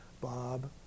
Bob